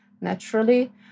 naturally